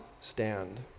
stand